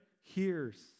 hears